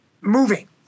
moving